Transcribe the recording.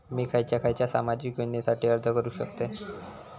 मी खयच्या खयच्या सामाजिक योजनेसाठी अर्ज करू शकतय?